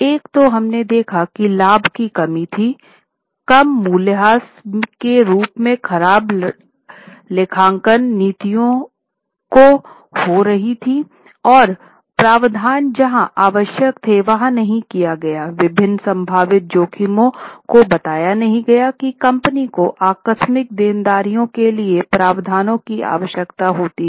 एक तो हमने देखा की लाभ की कमी थी कम मूल्यह्रास के रूप में खराब लेखांकन नीतियां हो रही थी और प्रावधान जहां आवश्यक था वहां किया नहीं गया विभिन्न संभावित जोखिमों को बताया नहीं गया की कंपनी को आकस्मिक देनदारियों के लिए प्रावधानों की आवश्यकता होती है